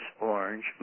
orange